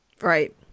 Right